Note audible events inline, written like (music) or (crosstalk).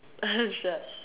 (laughs) sure